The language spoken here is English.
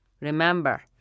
Remember